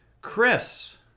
chris